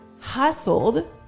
hustled